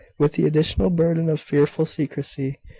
with the additional burden of fearful secrecy.